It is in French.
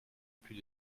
plus